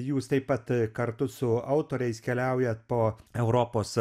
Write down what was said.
jūs taip pat kartu su autoriais keliaujat po europos